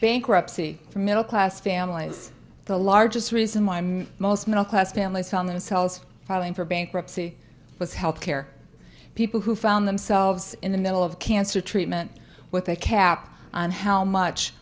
bankruptcy for middle class families the largest reason why me most middle class families found themselves filing for bankruptcy was health care people who found themselves in the middle of cancer treatment with a cap on how much